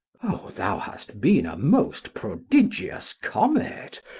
thou hast been a most prodigious comet!